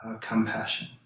compassion